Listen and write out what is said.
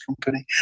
company